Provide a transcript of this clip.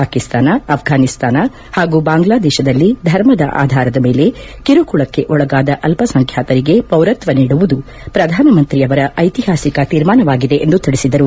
ಪಾಕಿಸ್ತಾನ ಆಫ್ರಾನಿಸ್ಥಾನ ಹಾಗೂ ಬಾಂಗ್ಡಾದೇಶದಲ್ಲಿ ಧರ್ಮದ ಆಧಾರದ ಮೇಲೆ ಕಿರುಕುಳಕ್ಷೆ ಒಳಗಾದ ಅಲ್ಲಸಂಖ್ಯಾತರಿಗೆ ಪೌರತ್ತ ನೀಡುವುದು ಪ್ರಧಾನಮಂತ್ರಿ ಅವರ ಐತಿಹಾಸಿಕ ತೀರ್ಮಾನವಾಗಿದೆ ಎಂದು ತಿಳಿಸಿದರು